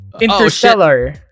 Interstellar